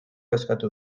eskatu